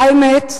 האמת,